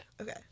Okay